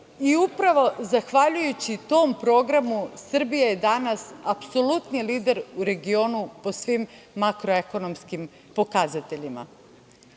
i upravo zahvaljujući tom programu Srbija je danas apsolutni lider u regionu po svim makroekonomskim pokazateljima. Mi